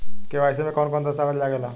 KYC में कवन कवन दस्तावेज लागे ला?